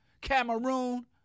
Cameroon